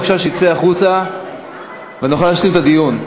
בבקשה שיצא החוצה ונוכל להשלים את הדיון.